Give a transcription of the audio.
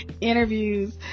interviews